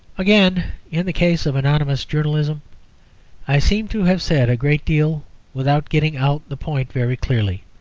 again, in the case of anonymous journalism i seem to have said a great deal without getting out the point very clearly.